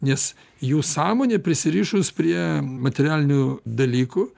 nes jų sąmonė prisirišus prie materialinių dalykų